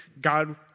God